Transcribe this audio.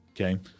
Okay